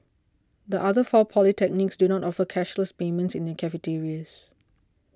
the other four polytechnics do not offer cashless payment in their cafeterias